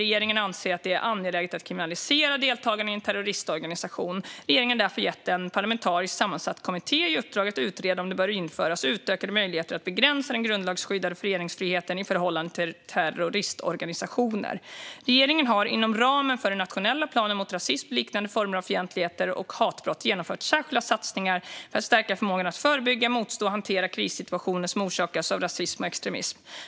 Regeringen anser att det är angeläget att kriminalisera deltagande i en terroristorganisation. Regeringen har därför gett en parlamentariskt sammansatt kommitté i uppdrag att utreda om det bör införas utökade möjligheter att begränsa den grundlagsskyddade föreningsfriheten i förhållande till terroristorganisationer. Regeringen har inom ramen för den nationella planen mot rasism, liknande former av fientligheter och hatbrott genomfört särskilda satsningar för att stärka förmågan att förebygga, motstå och hantera krissituationer som orsakas av rasism och extremism.